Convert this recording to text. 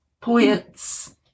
poets